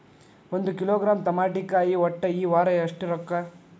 ಒಂದ್ ಕಿಲೋಗ್ರಾಂ ತಮಾಟಿಕಾಯಿ ಒಟ್ಟ ಈ ವಾರ ಎಷ್ಟ ರೊಕ್ಕಾ?